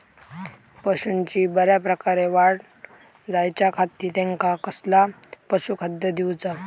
पशूंची बऱ्या प्रकारे वाढ जायच्या खाती त्यांका कसला पशुखाद्य दिऊचा?